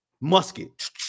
musket